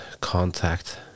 contact